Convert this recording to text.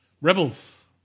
Rebels